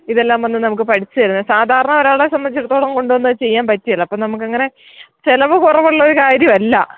ഇതെല്ലാം വന്ന് നമുക്ക് പഠിപ്പിച്ച് തരുന്നത് സാധാരണ ഒരാളെ സംബന്ധിച്ചിടത്തോളം കൊണ്ടുവന്ന് ചെയ്യാൻ പറ്റുകയില്ല അപ്പം നമുക്കങ്ങനെ ചിലവ് കുറവുള്ളൊരു കാര്യമല്ല